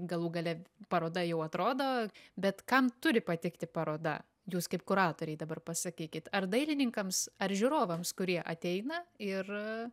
galų gale paroda jau atrodo bet kam turi patikti paroda jūs kaip kuratoriai dabar pasakykit ar dailininkams ar žiūrovams kurie ateina ir